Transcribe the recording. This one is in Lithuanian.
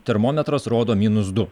termometras rodo minus du